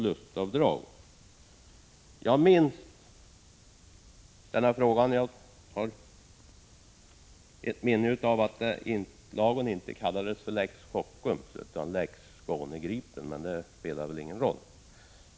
1985/86:155 förlustavdrag. Jag har ett minne av att lagen inte kallades för lex Kockum utan lex Skåne-Gripen, men det spelar väl ingen roll.